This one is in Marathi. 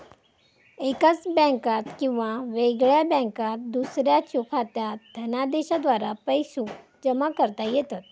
एकाच बँकात किंवा वेगळ्या बँकात दुसऱ्याच्यो खात्यात धनादेशाद्वारा पैसो जमा करता येतत